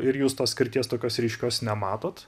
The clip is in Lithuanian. ir jūs tos skirties tokios ryškios nematot